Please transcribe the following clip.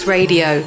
Radio